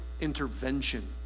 intervention